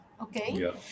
Okay